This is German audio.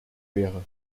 wäre